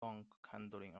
handling